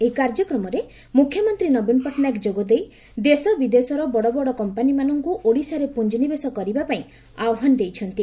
ଏହି କାର୍ଯ୍ୟକ୍ରମରେ ମୁଖ୍ୟମନ୍ତୀ ନବୀନ ପଟ୍ଟନାୟକ ଯୋଗଦେଇ ଦେଶ ବିଦେଶର ବଡ ବଡ କଫାନୀମାନଙ୍କୁ ଓଡିଶାରେ ପୁଞ୍ଚି ନିବେଶ କରିବା ପାଇଁ ଆହ୍ୱାନ ଦେଇଛନ୍ତି